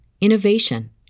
innovation